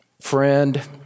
friend